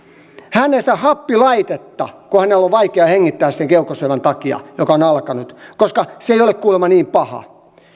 hän ei saa happilaitetta kun hänellä on vaikea hengittää sen keuhkosyövän takia joka on alkanut koska se ei ole kuulemma niin paha